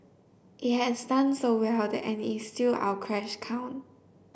it has done so well that and is still our cash cow